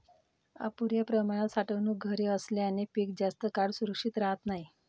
अपुर्या प्रमाणात साठवणूक घरे असल्याने पीक जास्त काळ सुरक्षित राहत नाही